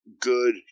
good